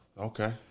Okay